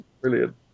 brilliant